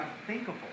unthinkable